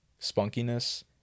spunkiness